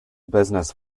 business